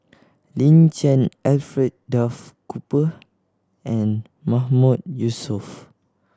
Lin Chen Alfred Duff Cooper and Mahmood Yusof